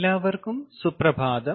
എല്ലാവർക്കും സുപ്രഭാതം